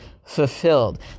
fulfilled